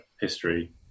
history